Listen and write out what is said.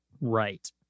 right